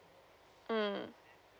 mm